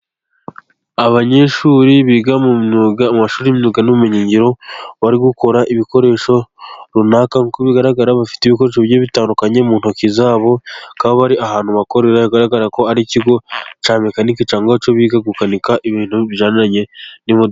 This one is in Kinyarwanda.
Abanyeshuri biga mu myuga mu mashuri y imyuga n'ubumenyingiro, bari gukora ibikoresho runaka nkuko bigaragara bafite ibikoresho bitandukanye mu ntoki zabo. Akaba ari ahantu bakorera bigaragara ko ari ikigo cya mekanike cyangwa se abantu biga gukanika ibintu binjyanye n'imodoka.